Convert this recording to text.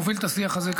את השיח הזה מוביל,